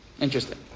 interesting